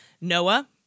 Noah